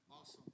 Awesome